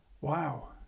Wow